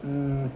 mm